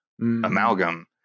amalgam